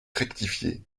rectifié